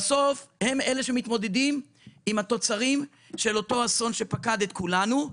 בסוף הם אלה שמתמודדים עם אותו אסון שפקד את כולנו.